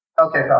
Okay